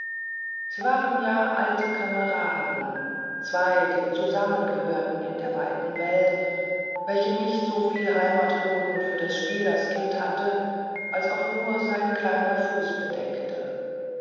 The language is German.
sie waren ja alte kameraden zwei die zusammengehörten in der weiten welt welche nicht so viel heimatboden für das spielerskind hatte als auch nur sein kleiner fuß bedeckte